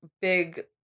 big